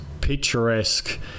picturesque